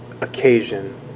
occasion